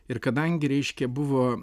ir kadangi reiškia buvo